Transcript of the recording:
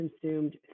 consumed